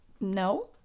No